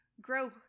grow